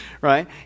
right